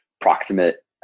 proximate